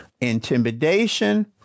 Intimidation